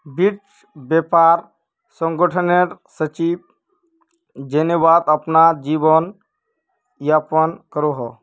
विश्व व्यापार संगठनेर सचिव जेनेवात अपना जीवन यापन करोहो